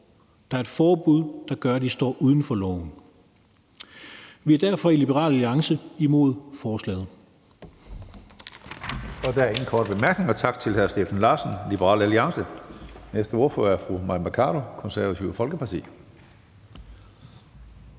Der er et forbud, der gør, at de står uden for loven. Vi er derfor i Liberal Alliance imod forslaget.